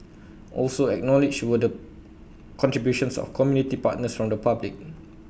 also acknowledged were the contributions of community partners from the public